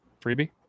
freebie